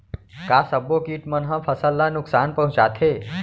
का सब्बो किट मन ह फसल ला नुकसान पहुंचाथे?